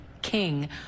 king